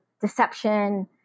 deception